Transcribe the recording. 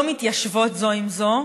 לא מתיישבות זו עם זו,